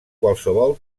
qualsevol